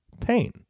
pain